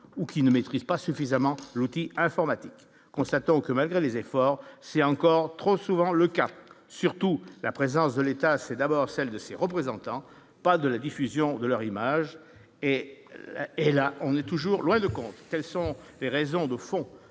ou qui ne maîtrisent pas suffisamment l'outil informatique, constatant que, malgré les efforts, c'est encore trop souvent le cas surtout la présence de l'État, c'est d'abord celle de ses représentants, pas de la diffusion de leur image et et là, on est toujours loin du compte, quelles sont les raisons de fond